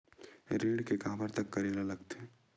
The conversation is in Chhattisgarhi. ऋण के काबर तक करेला लगथे?